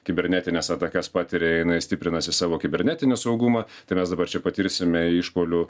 kibernetines atakas patiria jinai stiprinasi savo kibernetinį saugumą tai mes dabar čia patirsime išpuolių